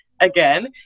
again